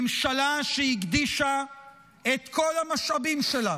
ממשלה שהקדישה את כל המשאבים שלה